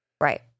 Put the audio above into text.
Right